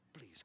please